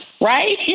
right